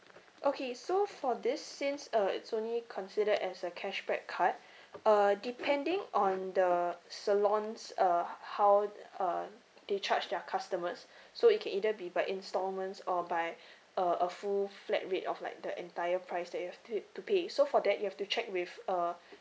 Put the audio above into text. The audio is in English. okay so for this since uh it's only considered as a cashback card uh depending on the salons uh how uh they charge their customers so it can either be by instalments or by a a full flat rate of like the entire price that you have to to pay so for that you have to check with uh